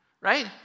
Right